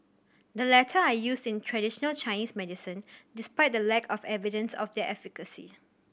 the latter are used in traditional Chinese medicine despite the lack of evidence of their efficacy